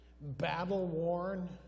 battle-worn